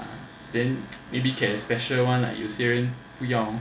then maybe can special [one] lah 有些人不要